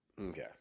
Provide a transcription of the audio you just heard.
Okay